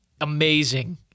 amazing